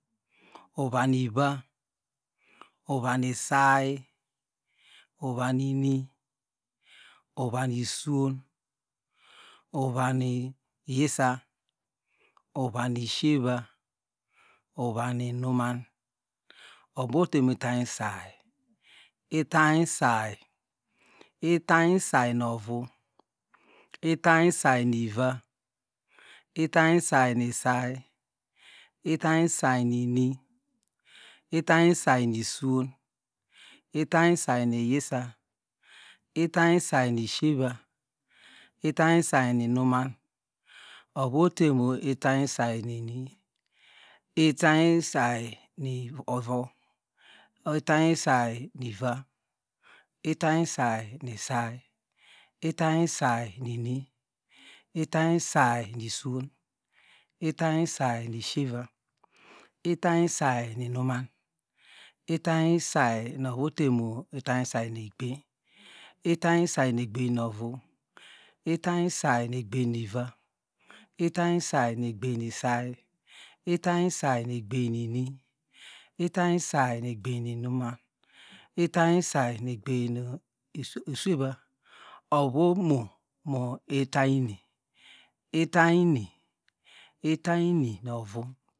Uva ni isay uva ni ini uvan ni iswon uva nu iyisa uva ni ishieva uva ni inuman ovu otemu itany isay itany isay itany isay nu ovu itany isay nu iva itany isay nu isay itany isay nu ini itany isani nu iswon itany isay nu iyisa itany isay nu ishieva itany isay nu inuman ovu ote mu itany isay nu ini itany isay nu ovu itany isany nu iva itany isay nu isay itany isay itany isany isay nu ini ikany isay nu iswon itany isay nu ishieva itany isay nu inuman itany isay nu ovu ote mu itay isan nu igbem itany isay nu egbem no vu itany isay nu egbem nuiva itany isay nu egbem nu isay itary isay nu egbem mi ini itary isay nu egbem mu ini itany isay nu egbem nu ishieva ovu omo mu itany ini itany ini itany ini nu ovu